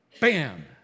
bam